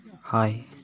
Hi